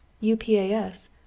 U-p-a-s